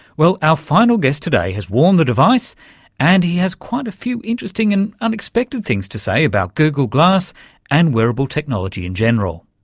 well, our final guest today has worn the device and he has quite a few interesting and unexpected things to say about google glass and wearable technology in general.